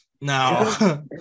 Now